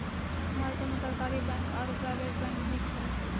भारतो मे सरकारी बैंक आरो प्राइवेट बैंक भी छै